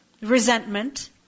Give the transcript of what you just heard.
resentment